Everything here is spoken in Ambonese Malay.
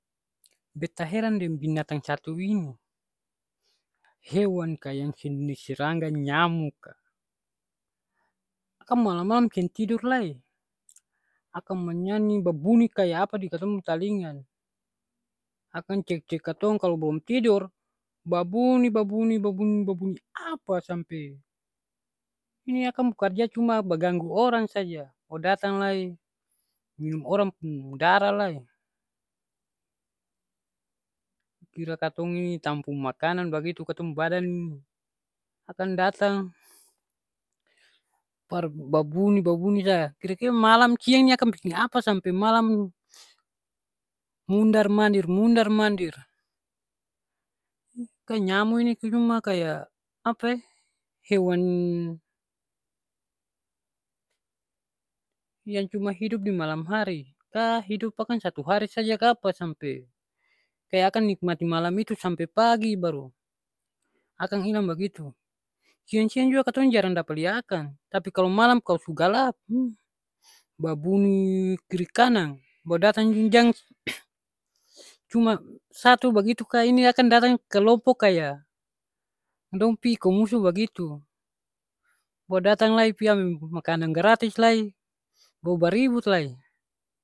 Beta heran deng binatang satu ini. Hewan ka yang jenis serangga, nyamuk ka. Akang malam-malam seng tidur lai. Akang manyanyi, babunyi kaya apa di katong pung talinga. Akang cek-cek katong kalo blom tidor, babunyi babunyi babunyi babunyi apa sampe, ini akang pung karja cuma baganggu orang saja. Datang lai minum orang pung darah lai. Kira katong ni tampung makanan bagitu katong badan, akang datang par babunyi babunyi sa. Kira-kira malam, siang ni akang biking apa sampe malam mundar-mandir mundar-mandir. Nyamu ini cuma kaya apa e, hewan yang cuma hidup di malam hari, ka hidup akang satu hari saja kapa sampe kaya akang nikmati malam itu sampe pagi baru akang ilang bagitu. Siang-siang jua katong jarang dapa lia akang. Tapi kalo malam kalo su galap, babunyi kiri kanang, baru datang gini jang cuma satu bagitu ka, ini akang datang kelompok kaya dong pi iko musuh bagitu. Baru datang lai pi ambe makanang gratis lai baru baribut lai.